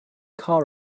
car